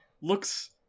looks